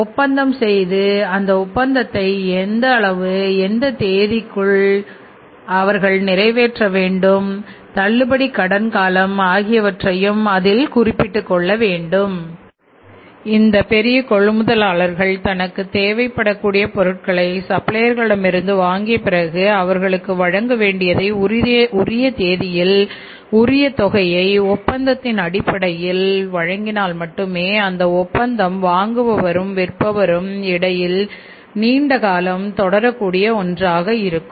ஒப்பந்தம் செய்து அந்த ஒப்பந்தத்தில் கெடு தேதி தள்ளுபடி கடன் காலம் ஆகியவை குறிக்கப்பட வேண்டும் இந்த பெரிய கொள்முதலாலர்கள் தனக்கு தேவைப்படக் கூடிய பொருட்களை சப்ளையர்களிடம் இருந்து வாங்கிய பிறகு அவர்களுக்கு வழங்க வேண்டியதை உரிய தேதியில் உரிய தொகையை ஒப்பந்தத்தின் அடிப்படையில் வழங்கினால் மட்டுமே இந்த ஒப்பந்தம் வாங்குபவரும் விற்பவரும் இடையில் நீண்ட காலம் தொடரக் கூடிய ஒன்றாக இருக்கும்